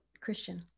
Christian